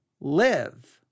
live